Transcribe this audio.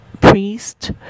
priest